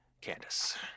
Candace